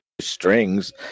strings